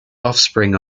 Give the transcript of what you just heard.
offspring